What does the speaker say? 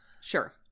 Sure